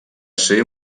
ser